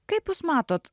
kaip jūs matot